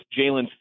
Jalen